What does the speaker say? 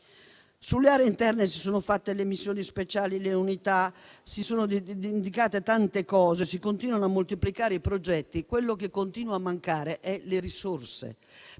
Sulle aree interne si sono fatte le missioni speciali e le unità, si sono indicate tante cose e si continuano a moltiplicare i progetti; ma quello che continua a mancare sono le risorse.